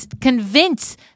convince